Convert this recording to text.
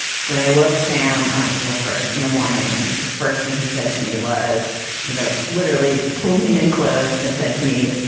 so when i woke sam on april first in the morning, the first thing he said to me was like literally pulled me in close and said to me,